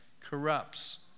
corrupts